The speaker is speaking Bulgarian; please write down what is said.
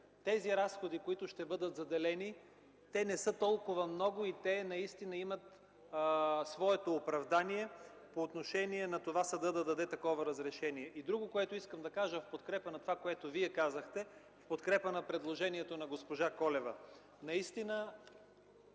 тези разходи, които ще бъдат заделени, те не са толкова много и наистина имат своето оправдание по отношение на това съдът да даде разрешение. Друго, което искам да кажа, в подкрепа на това, което Вие казахте, в подкрепа на предложението на госпожа Колева